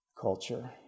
culture